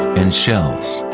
and shells.